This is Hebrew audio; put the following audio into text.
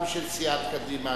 גם של סיעת קדימה,